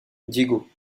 diego